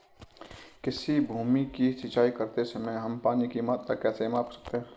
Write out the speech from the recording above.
किसी भूमि की सिंचाई करते समय हम पानी की मात्रा कैसे माप सकते हैं?